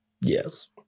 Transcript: yes